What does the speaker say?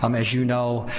um as you know,